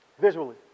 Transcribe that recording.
Visually